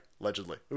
allegedly